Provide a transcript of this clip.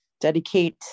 dedicate